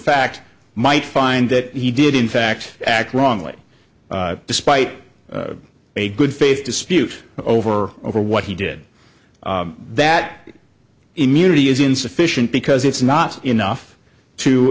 fact might find that he did in fact act wrongly despite a good faith dispute over over what he did that immunity is insufficient because it's not enough to